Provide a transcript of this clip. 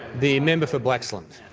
the member for blaxland.